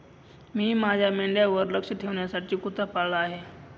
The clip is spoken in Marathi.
मी माझ्या मेंढ्यांवर लक्ष ठेवण्यासाठी कुत्रा पाळला आहे